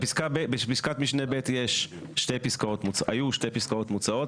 בפסקת משנה (ב) היו שתי פסקאות מוצעות,